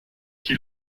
qui